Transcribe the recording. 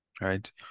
Right